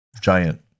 Giant